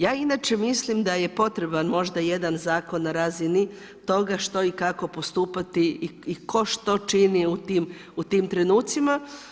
Ja inače mislim da je potreban možda jedan zakon na razini toga što i kako postupati i tko što čini u tim trenucima.